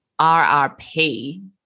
RRP